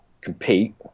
compete